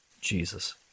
Jesus